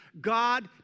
God